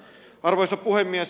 arvoisa puhemies